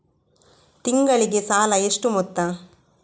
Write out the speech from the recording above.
ತಿಂಗಳಿಗೆ ಸಾಲ ಎಷ್ಟು ಮೊತ್ತ?